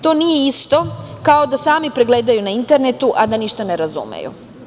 To nije isto, kao da sami pregledaju na internetu, a da ništa ne razumeju.